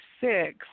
six